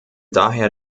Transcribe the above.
daher